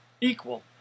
equal